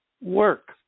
work